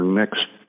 next